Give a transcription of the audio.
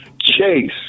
Chase